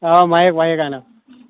آ مایِک وایِک اَنو